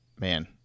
man